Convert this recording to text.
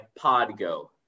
Podgo